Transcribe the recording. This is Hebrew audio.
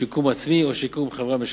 שיקום עצמי או שיקום חברה משקמת,